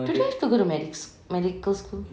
do they have to go to medic~ sch~ medical school